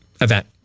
event